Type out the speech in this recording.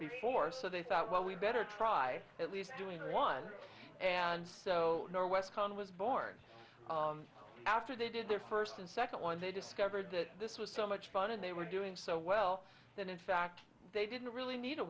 before so they thought well we better try at least doing one and norwest khan was born after they did their first and second one they discovered that this was so much fun and they were doing so well that in fact they didn't really need a